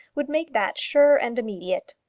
would make that sure and immediate.